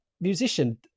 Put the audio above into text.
musician